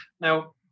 Now